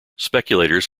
speculators